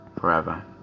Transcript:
forever